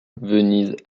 venise